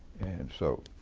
and so,